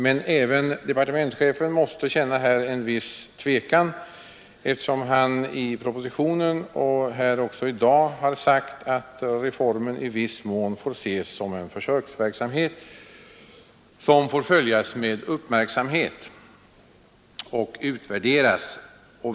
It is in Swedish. Men även departementschefen måste känna en viss tvekan, eftersom han i propositionen och även här i dag sagt att reformen i viss mån får ses som en försöksverksamhet, som får följas med uppmärksamhet och utvärderas.